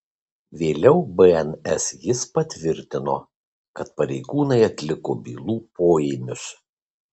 vėliau bns jis patvirtino kad pareigūnai atliko bylų poėmius